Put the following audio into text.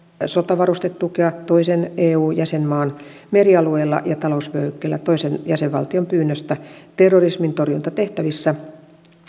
sotavarustetukea toisen eu jäsenmaan merialueella ja talousvyöhykkeellä toisen jäsenvaltion pyynnöstä terrorismintorjuntatehtävissä